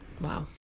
Wow